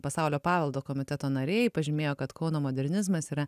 pasaulio paveldo komiteto nariai pažymėjo kad kauno modernizmas yra